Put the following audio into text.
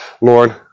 Lord